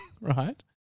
Right